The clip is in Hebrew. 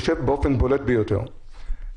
באופן בולט ביותר.